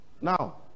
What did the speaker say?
Now